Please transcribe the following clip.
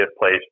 place